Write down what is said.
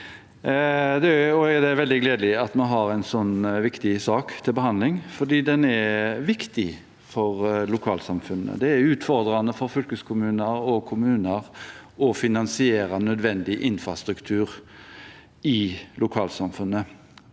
veldig gledelig at vi har en slik sak til behandling, for den er viktig for lokalsamfunnet. Det er utfordrende for fylkeskommuner og kommuner å finansiere nødvendig infrastruktur i lokalsamfunnet.